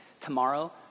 Tomorrow